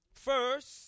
First